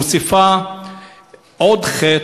מוסיפה עוד חטא: